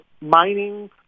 mining